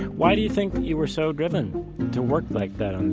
why do you think you were so driven to work like that on